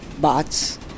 Bots